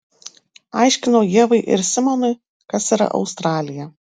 aiškinau ievai ir simonui kas yra australija